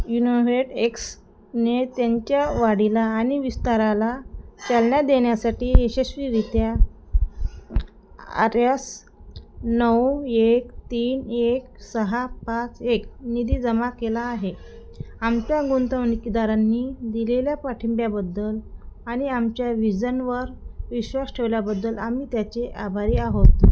युनोव्हेटएक्सने त्यांच्या वाढीला आणि विस्ताराला चालना देण्यासाठी यशस्वीरीत्या आर यस नऊ एक तीन एक सहा पाच एक निधी जमा केला आहे आमच्या गुंतवणुकदारांनी दिलेल्या पाठिंब्याबद्दल आणि आमच्या विजनवर विश्वास ठेवल्याबद्दल आम्ही त्याचे आभारी आहोत